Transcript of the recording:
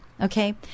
okay